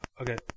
okay